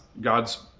God's